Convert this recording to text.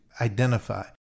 identify